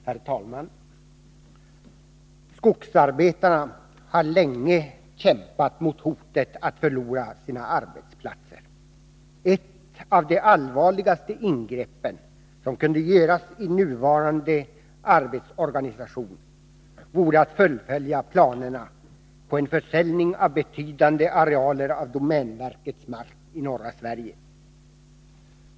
Herr talman! Skogsarbetarna har länge kämpat mot hotet att förlora sina arbetsplatser. Ett av de allvarligaste ingreppen i nuvarande arbetsorganisation som kunde göras vore att fullfölja planerna på en försäljning av betydande arealer av domänverkets mark i norra Sverige.